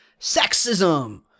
sexism